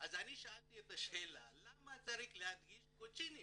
אז אני שאלתי את השאלה למה צריך להדגיש קוצ'ינים?